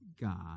God